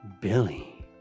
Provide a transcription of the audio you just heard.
Billy